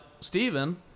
Stephen